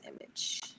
image